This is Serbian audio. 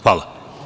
Hvala.